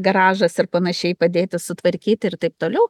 garažas ir panašiai padėti sutvarkyti ir taip toliau